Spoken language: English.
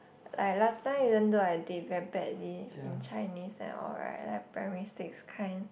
like last time even though I did very badly in Chinese and all right like primary six kind